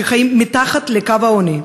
שחיים מתחת לקו העוני.